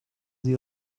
sie